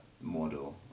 model